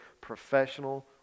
professional